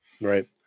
right